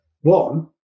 one